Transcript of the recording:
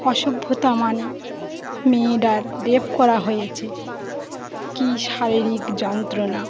অসভ্যতা মানে মেয়েটার রেপ করা হয়েছে কী শারীরিক যন্ত্রণা